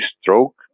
stroke